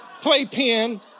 playpen